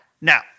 now